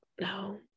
No